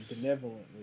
benevolently